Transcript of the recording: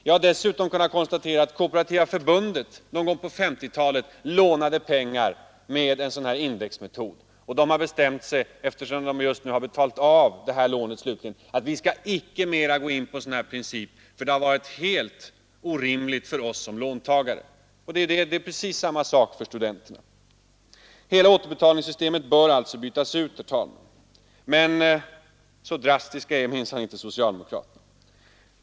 Jag har dessutom kunnat konstatera att Kooperativa förbundet någon gång på 1950-talet tog ett lån som var indexreglerat, och där har man, eftersom man just slutgiltigt betalat av detta lån, bestämt sig för att icke mera låna på de villkoren; det har utfallit helt orimligt för KF som låntagare. Det är naturligtvis precis samma sak för studenterna! Hela återbetalningssytemet bör alltså bytas ut, herr talman! Men så drastiska är minsann inte socialdemokraterna.